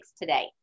today